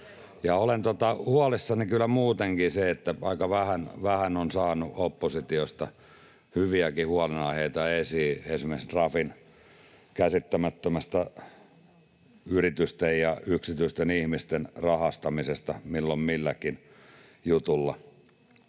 olen huolissani kyllä muutenkin: aika vähän on saanut oppositiosta hyviäkin huolenaiheita esiin, esimerkiksi Trafin käsittämättömästä yritysten ja yksityisten ihmisten rahastamisesta milloin milläkin jutulla.